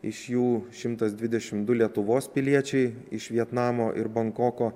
iš jų šimtas dvidešimt du lietuvos piliečiai iš vietnamo ir bankoko